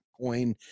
coin